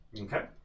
Okay